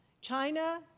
China